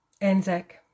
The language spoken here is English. Anzac